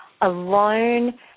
alone